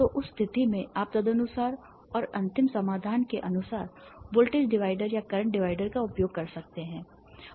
तो उस स्थिति में आप तदनुसार और अंतिम समाधान के अनुसार वोल्टेज डिवाइडर या करंट डिवाइडर का उपयोग कर सकते हैं